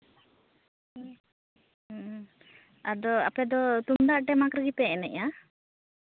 ᱦᱮᱸ ᱦᱮᱸ ᱟᱫᱚ ᱟᱯᱮᱫᱚ ᱛᱩᱢᱫᱟᱜ ᱴᱟᱢᱟᱠ ᱨᱮᱜᱮ ᱯᱮ ᱮᱱᱮᱡᱼᱟ